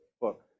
book